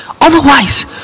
Otherwise